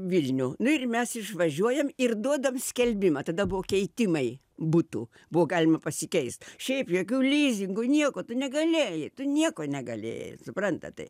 vilnių nu ir mes išvažiuojam ir duodam skelbimą tada buvo keitimai butų buvo galima pasikeist šiaip jokių lizingų nieko tu negalėjai tu nieko negalėjai suprantat